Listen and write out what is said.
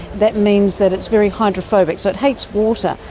that means that it's very hydrophobic, so it hates water.